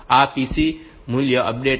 તો આ પીસી મૂલ્ય અપડેટ થાય છે